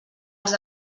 els